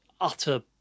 utter